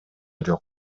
жок